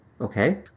Okay